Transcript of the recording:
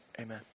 amen